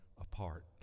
apart